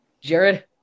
Jared